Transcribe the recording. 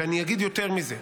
ואני אגיד יותר מזה.